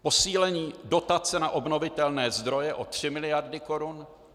Posílení dotace na obnovitelné zdroje o 3 mld. korun.